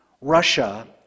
Russia